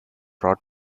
rod